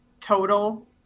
total